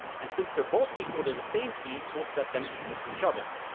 and since they're both equal to the same t, we'll set them equal to each other.